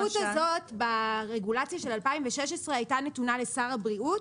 הסמכות הזאת ברגולציה של 2016 הייתה נתונה לשר הבריאות,